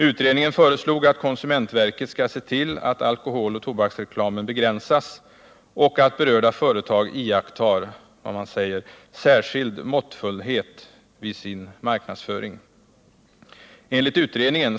Utredningen föreslog att konsumentverket skall se till att alkoholoch tobaksreklamen begränsas och att berörda företag iakttar ”särskild måttfullhet” vid sin marknadsföring.